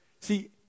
See